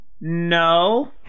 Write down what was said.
No